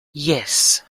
yes